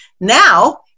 Now